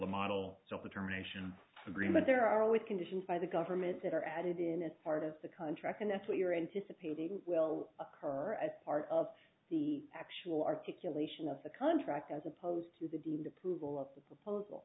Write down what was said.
the model of the terminations agreement there are always conditions by the government that are added in as part of the contract and that's what you're anticipating will occur as part of the actual articulation of the contract as opposed to the deemed approval of the proposal